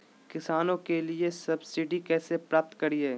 किसानों के लिए सब्सिडी कैसे प्राप्त करिये?